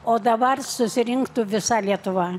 o dabar susirinktų visa lietuva